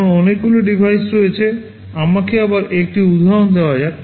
কারণ অনেকগুলি ডিভাইস রয়েছে আমাকে আবার একটি উদাহরণ দেওয়া যাক